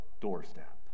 doorstep